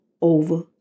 over